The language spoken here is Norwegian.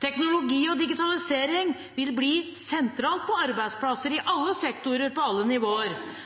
Teknologi og digitalisering vil bli sentralt på arbeidsplasser i alle sektorer, på alle nivåer.